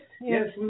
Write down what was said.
yes